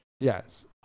Yes